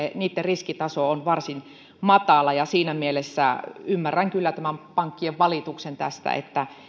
ja niitten riskitaso on varsin matala siinä mielessä ymmärrän kyllä tämän pankkien valituksen tästä että